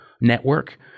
network